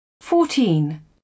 Fourteen